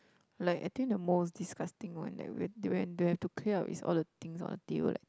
like I think the most disgusting one that we'll they will they'll have to clear up is all the things on our table like